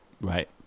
right